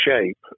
shape